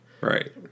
Right